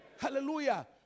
Hallelujah